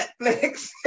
Netflix